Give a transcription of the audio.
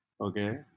Okay